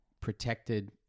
protected